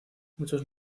muchos